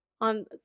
On